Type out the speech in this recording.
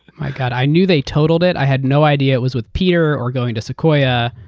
my god. i knew they totaled it. i had no idea it was with peter or going to sequoia.